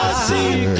see